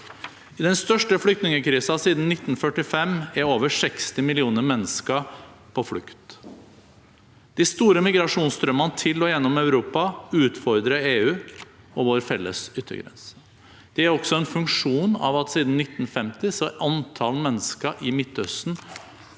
I den største flyktningkrisen siden 1945 er over 60 millioner mennesker på flukt. De store migrasjonsstrømmene til og gjennom Europa utfordrer EU og vår felles yttergrense. Det er også en funksjon av at siden 1950 er antall mennesker i Midtøsten